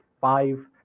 five